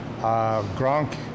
Gronk